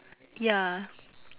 ya